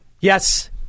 Yes